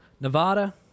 Nevada